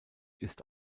ist